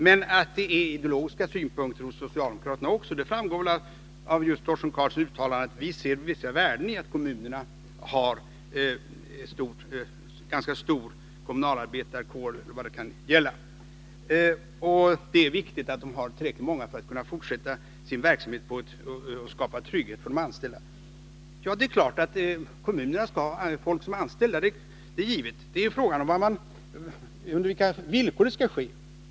Men att det även hos socialdemokraterna är fråga om ideologiska synpunkter framgår väl av Torsten Karlssons uttalande att man ser vissa värden i att kommunerna har en ganska stor kommunalarbetarkår och att det är viktigt att man har tillräckligt många för att man skall kunna fortsätta verksamheten och skapa trygghet för de anställda. Det är klart att kommunerna skall ha människor anställda. Men frågan är under vilka villkor det skall ske.